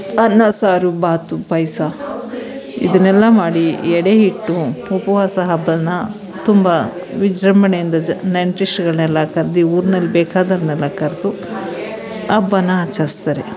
ಅನ್ನ ಸಾರು ಬಾತು ಪಾಯಸ ಇದನ್ನೆಲ್ಲ ಮಾಡಿ ಎಡೆ ಹಿಟ್ಟು ಉಪವಾಸ ಹಬ್ಬನ ತುಂಬ ವಿಜೃಂಭಣೆಯಿಂದ ಜ ನೆಂಟರಿಷ್ಟಗಳನ್ನೆಲ್ಲ ಕರ್ದು ಊರ್ನಲ್ಲಿ ಬೇಕಾದವ್ರನ್ನೆಲ್ಲ ಕರೆದು ಹಬ್ಬನ ಆಚರಿಸ್ತಾರೆ